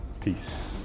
peace